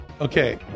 Okay